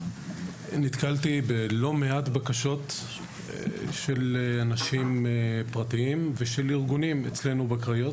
נתקלתי בלא מעט בקשות של אנשים פרטיים ושל ארגונים אצלנו בקריות,